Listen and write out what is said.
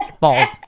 balls